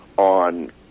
on